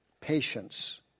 patience